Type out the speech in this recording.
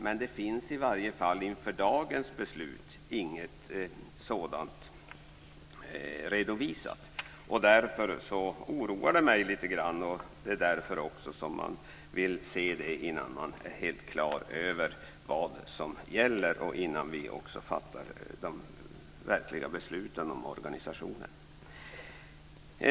Men det finns i varje fall inför dagens beslut inga sådana förslag redovisade. Det oroar mig litet grand. Därför vill jag se det innan jag är helt klar över vad som gäller och innan vi fattar de verkliga besluten om organisationen.